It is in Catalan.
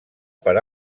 per